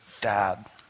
dad